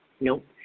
Nope